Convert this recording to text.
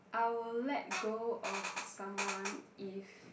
I will let go of someone if